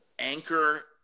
Anchor